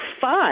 fun